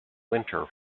winter